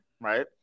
right